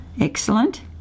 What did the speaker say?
Excellent